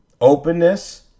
Openness